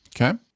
Okay